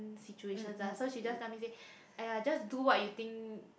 situation lah so she just tell me say !aiya! just do what you think